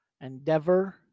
Endeavor